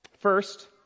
First